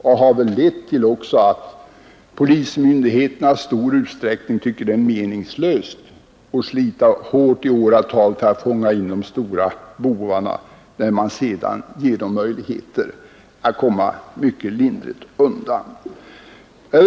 Inom polismyndigheterna tycker man också i stor utsträckning att det är meningslöst att slita hårt i åratal för att fånga in de stora bovarna när de sedan får möjligheter att komma mycket lindrigt undan.